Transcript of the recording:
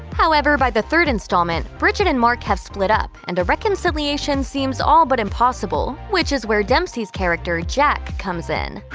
however, by the third installment, bridget and mark have split up, and a reconciliation seems all but impossible, which is where dempsey's character, jack, comes in.